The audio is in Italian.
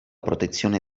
protezione